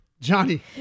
Johnny